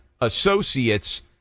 associates